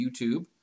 YouTube